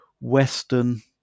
Western